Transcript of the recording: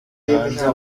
hanze